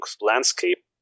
landscape